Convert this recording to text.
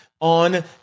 on